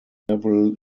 several